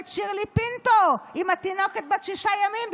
את שירלי פינטו עם תינוקת בת שישה ימים,